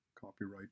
copyright